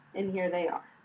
and here they are,